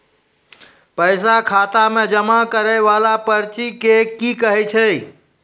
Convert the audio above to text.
पैसा खाता मे जमा करैय वाला पर्ची के की कहेय छै?